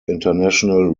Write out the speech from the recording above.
international